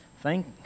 Thank